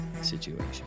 situation